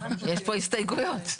יש פה הסתייגויות.